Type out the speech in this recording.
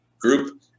group